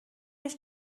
ich